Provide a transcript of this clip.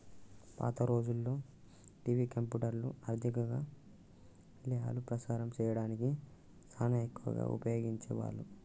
పాత రోజుల్లో టివి, కంప్యూటర్లు, ఆర్ధిక ఇశయాలు ప్రసారం సేయడానికి సానా ఎక్కువగా ఉపయోగించే వాళ్ళు